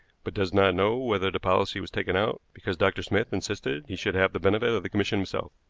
but does not know whether the policy was taken out, because dr. smith insisted he should have the benefit of the commission himself.